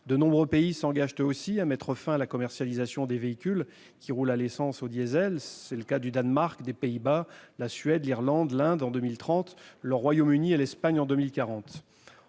De nombreux pays s'engagent eux aussi à mettre fin à la commercialisation des véhicules qui roulent à l'essence et au diesel : le Danemark, les Pays-Bas, la Suède, l'Irlande et l'Inde en 2030, le Royaume-Uni et l'Espagne en 2040.